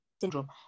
syndrome